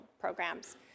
programs